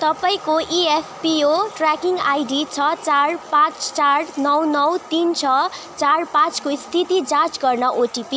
तपाईँको EPFO tracking ID छ चार पाँच चार नौ नौ तिन छ चार पाँचको स्थिति जाँच गर्न ओटिपी